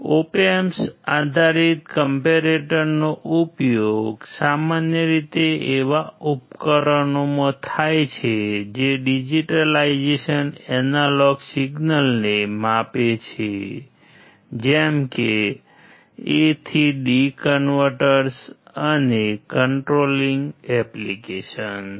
ઓપ amps આધારિત કમ્પૅરેટરનો applications